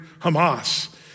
Hamas